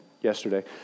yesterday